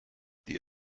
die